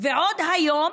ועוד היום